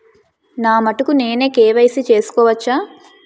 నా మటుకు నేనే కే.వై.సీ చేసుకోవచ్చా?